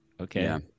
Okay